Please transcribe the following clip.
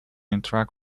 interact